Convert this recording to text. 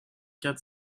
quatre